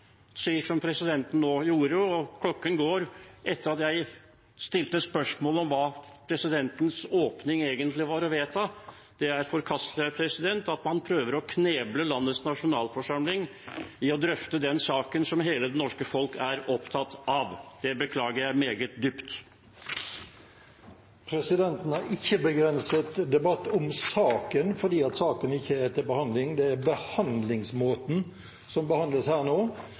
slik som presidenten nettopp gjorde – og klokken går – etter at jeg stilte spørsmål om hva presidenten egentlig åpnet for eller vedtok. Det er forkastelig at man prøver å kneble landets nasjonalforsamling fra å drøfte den saken som hele det norske folket er opptatt av. Det beklager jeg meget dypt. Presidenten har ikke begrenset debatt om saken, for saken er ikke til behandling. Det er behandlingsmåten som behandles her nå.